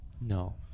No